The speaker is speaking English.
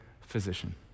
physician